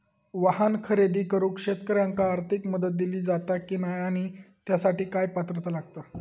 वाहन खरेदी करूक शेतकऱ्यांका आर्थिक मदत दिली जाता की नाय आणि त्यासाठी काय पात्रता लागता?